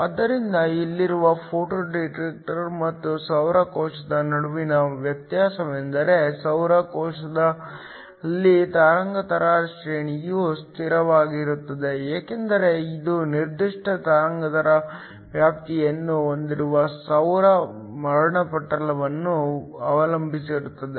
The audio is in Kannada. ಆದ್ದರಿಂದ ಇಲ್ಲಿರುವ ಫೋಟೊ ಡಿಟೆಕ್ಟರ್ ಮತ್ತು ಸೌರ ಕೋಶದ ನಡುವಿನ ವ್ಯತ್ಯಾಸವೆಂದರೆ ಸೌರ ಕೋಶದಲ್ಲಿ ತರಂಗಾಂತರ ಶ್ರೇಣಿಯು ಸ್ಥಿರವಾಗಿರುತ್ತದೆ ಏಕೆಂದರೆ ಇದು ನಿರ್ದಿಷ್ಟ ತರಂಗಾಂತರ ವ್ಯಾಪ್ತಿಯನ್ನು ಹೊಂದಿರುವ ಸೌರ ವರ್ಣಪಟಲವನ್ನು ಅವಲಂಬಿಸಿರುತ್ತದೆ